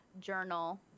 Journal